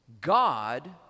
God